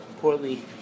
poorly